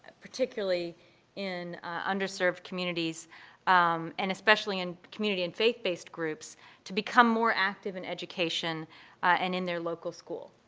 particularly in underserved communities and especially in community and faith-based groups to become more active in education and in their local school?